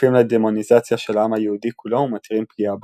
מטיפים לדמוניזציה של העם היהודי כולו ומתירים פגיעה פגיעה בו.